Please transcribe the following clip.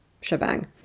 shebang